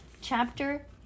Chapter